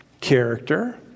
character